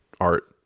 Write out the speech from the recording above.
art